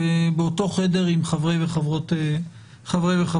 באותו חדר עם חברי וחברות הכנסת.